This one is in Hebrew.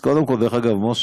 אז קודם כול, משה,